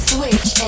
Switch